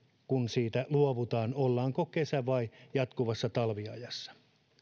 siitä ollaanko kesä vai jatkuvassa talviajassa